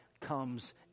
comes